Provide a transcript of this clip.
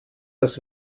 das